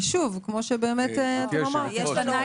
ושוב --- גברתי היושבת-ראש,